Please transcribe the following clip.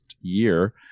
year